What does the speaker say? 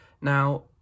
Now